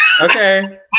Okay